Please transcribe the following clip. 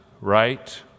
right